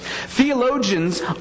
Theologians